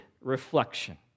reflection